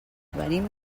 venim